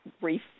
brief